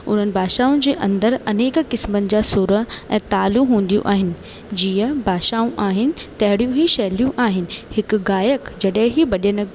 उन्हनि भाषाउनि जे अंदरु अनेक क़िस्मनि जा सुर ऐं तालूं हूंदियूं आइन जीअं भाषाऊं आहिनि तहड़ियूं ई शैलियूं आहिनि हिकु गायक जॾहिं ई भॼन